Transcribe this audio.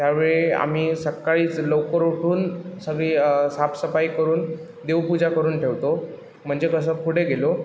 त्यावेळी आम्ही सकाळीच लवकर उठून सगळी साफसफाई करून देवपूजा करून ठेवतो म्हणजे कसं पुढे गेलो